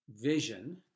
vision